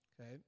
okay